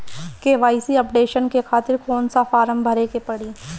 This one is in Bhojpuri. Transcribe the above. के.वाइ.सी अपडेशन के खातिर कौन सा फारम भरे के पड़ी?